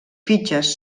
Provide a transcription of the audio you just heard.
fitxes